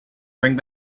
bring